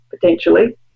potentially